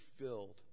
filled